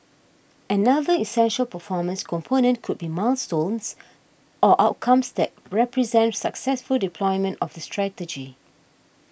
another essential performance component could be milestones or outcomes that represent successful deployment of the strategy